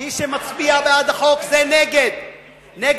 מי שמצביע בעד החוק זה נגד ההשתמטות.